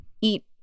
eat